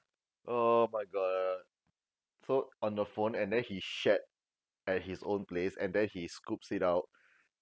oh my god so on the phone and then he shat at his own place and then he scoops it out